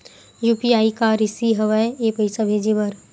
UPI का रिसकी हंव ए पईसा भेजे बर?